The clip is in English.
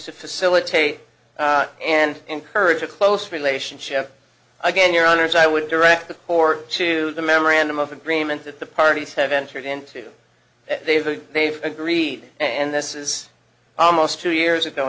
to facilitate and encourage a close relationship again your honour's i would direct the core to the memorandum of agreement that the parties have entered into they've they've agreed and this is almost two years ago